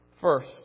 First